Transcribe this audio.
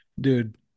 dude